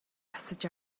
засаж